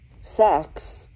sex